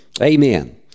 amen